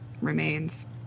remains